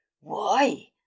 Why